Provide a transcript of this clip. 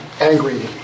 angry